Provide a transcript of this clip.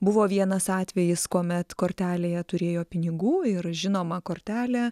buvo vienas atvejis kuomet kortelėje turėjo pinigų ir žinoma kortelė